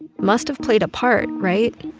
must have played a part, right?